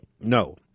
No